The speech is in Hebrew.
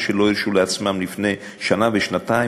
מה שאנשים לא הרשו לעצמם לפני שנה ושנתיים,